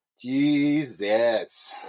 Jesus